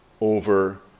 over